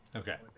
okay